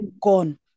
gone